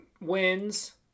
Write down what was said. Wins